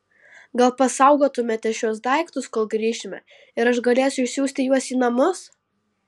gal pasaugotumėte šiuos daiktus kol grįšime ir aš galėsiu išsiųsti juos į namus